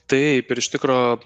taip ir iš tikro